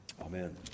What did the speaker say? Amen